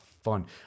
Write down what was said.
fun